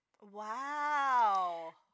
Wow